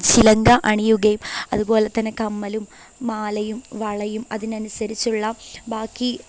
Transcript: ചിലങ്ക അണിയുകയും അതുപോലെതന്നെ കമ്മലും മാലയും വളയും അതിനനുസരിച്ചുള്ള ബാക്കി